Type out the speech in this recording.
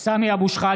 (קורא בשמות חברי הכנסת) סמי אבו שחאדה,